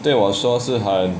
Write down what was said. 对我说是很